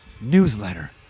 newsletter